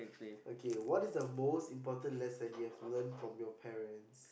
okay what is the most important lesson you have learnt from your parents